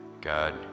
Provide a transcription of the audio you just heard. God